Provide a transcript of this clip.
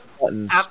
buttons